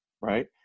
Right